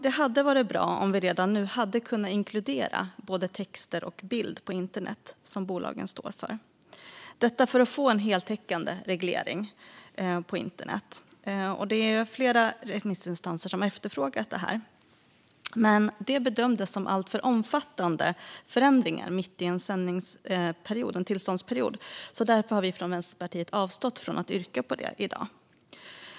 Det hade varit bra om vi redan nu hade kunnat inkludera både text och bilder på internet som bolagen står för - detta för att få en heltäckande reglering när det gäller internet. Flera remissinstanser har efterfrågat detta. Det bedömdes dock som alltför omfattande förändringar mitt i en tillståndsperiod, så därför har vi från Vänsterpartiet avstått från att yrka på det i dag.